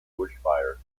bushfires